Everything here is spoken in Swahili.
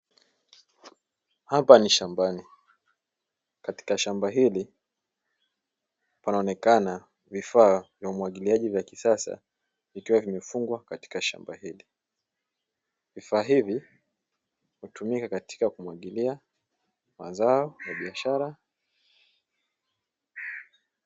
Hapa ni shambani katika shamba hili panaonekana vifaa na umwagiliaji vya kisasa vikiwa vimefungwa katika shamba, vifaa hivi hutumika katika kumwagilia mazao ya biashara.